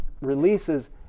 releases